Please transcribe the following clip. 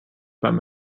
beim